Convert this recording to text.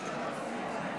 63 נגד,